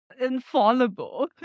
infallible